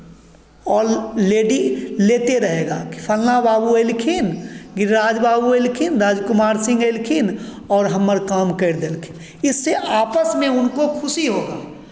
already लेते रहेगा कि फलना बाबू एलखिन गिरिराज बाबू एलखिन गिरिराज कुमार सिंह एलखिन और हमर काम कैर देलखिन इससे आपस में उनको खुशी होगा